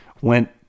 went